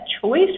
choice